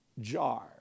jar